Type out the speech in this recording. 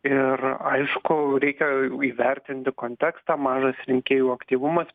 ir aišku reikia įvertinti kontekstą mažas rinkėjų aktyvumas